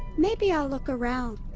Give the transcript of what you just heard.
maybe i'll look around,